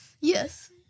Yes